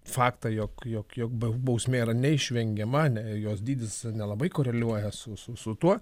faktą jog jog jog bau bausmė yra neišvengiama ne jos dydis nelabai koreliuoja su su su tuo